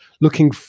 looking